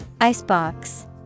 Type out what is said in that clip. Icebox